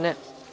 Ne.